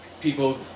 people